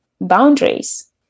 boundaries